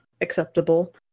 acceptable